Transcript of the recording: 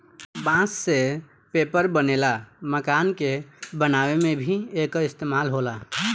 बांस से पेपर बनेला, मकान के बनावे में भी एकर इस्तेमाल होला